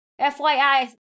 FYI